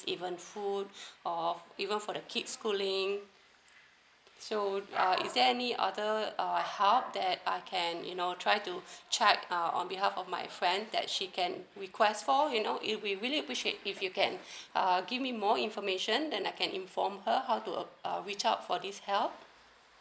even food or even for the kids schooling so uh is there any other err help that I can you know try to check err on behalf of my friends that she can request for you know if we really appreciate if you can like err give me more information then I can inform her how to uh uh reach out for this help